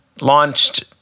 launched